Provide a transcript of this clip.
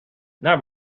naar